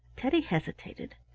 teddy hesitated.